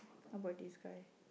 how about this guy